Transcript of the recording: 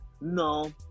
No